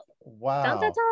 Wow